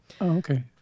Okay